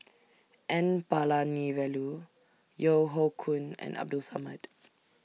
N Palanivelu Yeo Hoe Koon and Abdul Samad